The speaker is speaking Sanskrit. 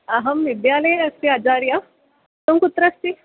अहं विद्यालये अस्मि आचार्यः त्वं कुत्र अस्ति